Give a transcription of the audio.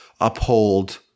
uphold